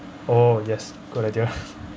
oh yes good idea